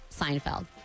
Seinfeld